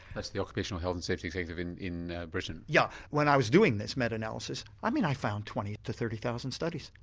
that's the occupational health and safety executive in in britain? yeah when i was doing this meta-analysis, i mean i found twenty to thirty thousand studies.